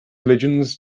religions